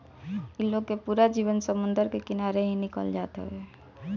इ लोग के पूरा जीवन समुंदर के किनारे ही निकल जात हवे